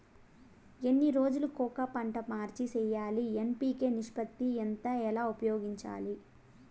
ఎన్ని రోజులు కొక పంట మార్చి సేయాలి ఎన్.పి.కె నిష్పత్తి ఎంత ఎలా ఉపయోగించాలి?